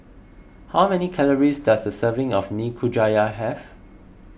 how many calories does a serving of Nikujaga have